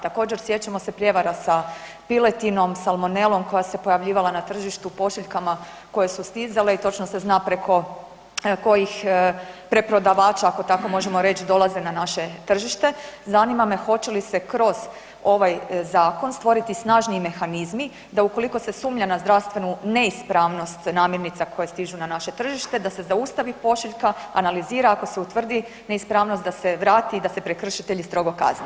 Također, sjećamo se prijevara sa piletinom, salmonelom koja se pojavljivala na tržištu, pošiljkama koje su stizale i točno se zna preko kojih preprodavača, ako tako možemo reći, dolaze na naše tržište, zanima me hoće li se kroz ovaj zakon stvoriti snažniji mehanizmi da ukoliko se sumnja na zdravstvenu neispravnost namirnica koje stižu na naše tržište, da se zaustavi pošiljka, analizira, ako se utvrdi neispravnost, da se vrati i da se prekršitelji strogo kazne?